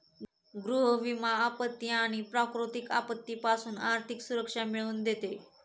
गृह विमा आपत्ती आणि प्राकृतिक आपत्तीपासून आर्थिक सुरक्षा मिळवून देते